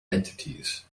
entities